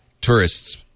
tourists